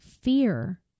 fear